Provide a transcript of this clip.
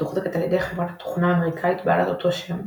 מתוחזקת על ידי חברת תוכנה אמריקאית בעלת אותו שם,